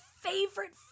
favorite